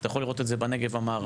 אתה יכול לראות את זה בנגב המערבי.